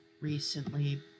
recently